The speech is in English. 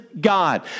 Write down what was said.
God